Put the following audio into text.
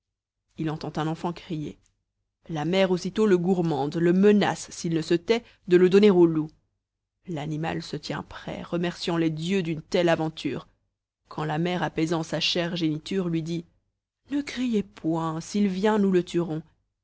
il entend un enfant crier la mère aussitôt le gourmande le menace s'il ne se tait de le donner au loup l'animal se tient prêt remerciant les dieux d'une telle aventure quand la mère apaisant sa chère géniture lui dit ne criez point s'il vient nous le tuerons